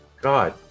god